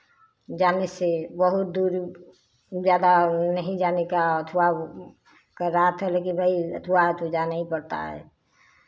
जाने से बहुत दूर ज़्यादा नहीं जाने का अथवा कह रहा था लेकि भाई अथवा तो जाना ही पड़ता है